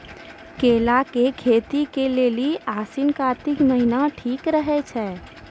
केला के खेती के लेली आसिन कातिक महीना ठीक रहै छै